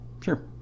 Sure